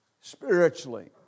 spiritually